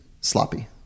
sloppy